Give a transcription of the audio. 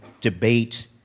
debate